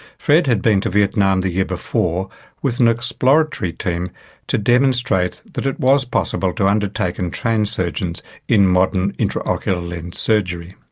fred had been to vietnam the year before with an exploratory team to demonstrate that it was possible to undertake and train surgeons in modern intraocular lens surgery.